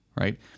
right